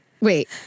Wait